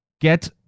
get